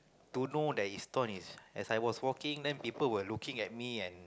to know that is torn is as I was walking then people were looking at me and